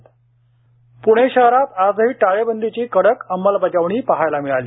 प्णे शहरात आजही टाळेबंदीची कडक अंमलबजावणी पाहायला मिळाली